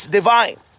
divine